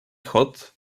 hot